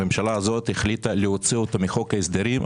הממשלה הזאת החליטה להוציאו מחוק ההסדרים,